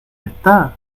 está